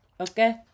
Okay